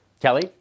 Kelly